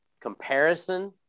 comparison